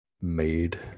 made